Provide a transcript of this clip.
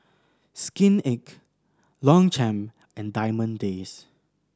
Skin Inc Longchamp and Diamond Days